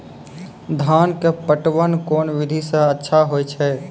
धान के पटवन कोन विधि सै अच्छा होय छै?